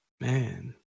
Man